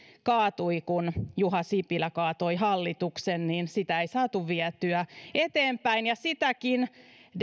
kaatui kun juha sipilä kaatoi hallituksen joten sitä ei saatu vietyä eteenpäin ja sitäkin